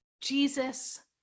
Jesus